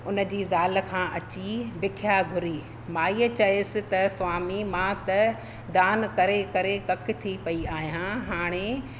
उन जी ज़ाल खां अची बिख्या घुरी माईअ चयसि त स्वामी मां त दान करे करे ककि थी पई आहियां हाणे